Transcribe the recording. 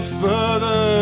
further